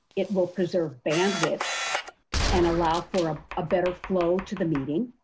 it will preserve bandwidth and allow for a better flow to the meeting.